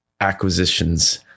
acquisitions